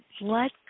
let